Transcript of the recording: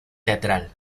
teatral